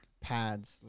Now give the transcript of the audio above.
pads